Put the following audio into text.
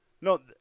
No